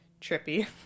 trippy